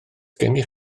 gennych